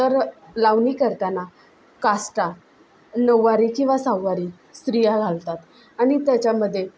तर लावणी करताना काष्टा नऊवारी किंवा सहावारी स्त्रिया घालतात आणि तेच्यामध्ये